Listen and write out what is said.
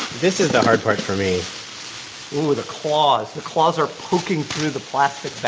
this is the hard part for me ooh, the claws. the claws are poking through the plastic bag.